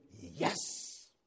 yes